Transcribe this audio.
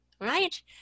right